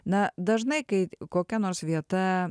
na dažnai kai kokia nors vieta